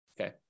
okay